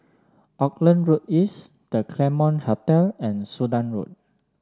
Auckland Road East The Claremont Hotel and Sudan Road